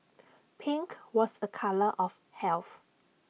pink was A colour of health